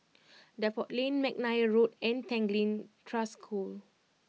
Depot Lane McNair Road and Tanglin Trust School